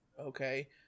Okay